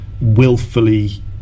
willfully